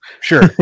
sure